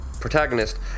protagonist